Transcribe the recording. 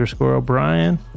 O'Brien